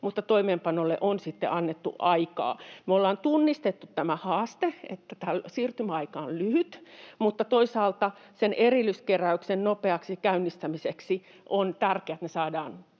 mutta toimeenpanolle on sitten annettu aikaa. Me ollaan tunnistettu tämä haaste, että siirtymäaika on lyhyt, mutta toisaalta erilliskeräyksen nopeaksi käynnistämiseksi on tärkeätä, että ne saadaan